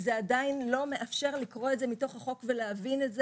זה עדיין לא מאפשר לקרוא את זה מתוך החוק ולהבין את זה,